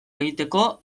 egiteko